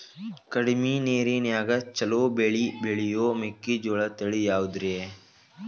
ಕಡಮಿ ನೇರಿನ್ಯಾಗಾ ಛಲೋ ಬೆಳಿ ಬೆಳಿಯೋ ಮೆಕ್ಕಿಜೋಳ ತಳಿ ಯಾವುದ್ರೇ?